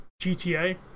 GTA